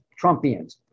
Trumpians